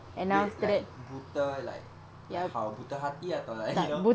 wait like buta like like how buta hati atau like you know